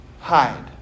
hide